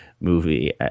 movie